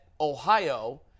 Ohio